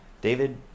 David